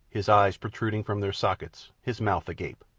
his eyes protruding from their sockets, his mouth agape,